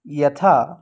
यथा